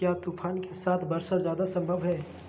क्या तूफ़ान के साथ वर्षा जायदा संभव है?